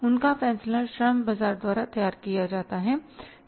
उनका फैसला श्रम बाजार द्वारा किया जाता है